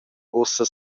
ussa